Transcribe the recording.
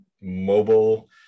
mobile